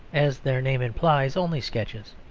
as their name implies, only sketches.